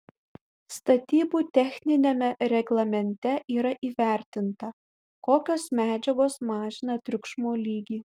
statybų techniniame reglamente yra įvertinta kokios medžiagos mažina triukšmo lygį